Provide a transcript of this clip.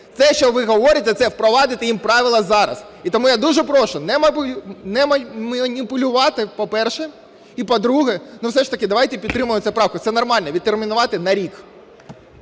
це, що ви говорите, це впровадити їм правила зараз. І тому я дуже прошу не маніпулювати, по-перше. І, по-друге, все ж таки давайте підтримаємо цю правку, це нормально, – відтермінувати на рік.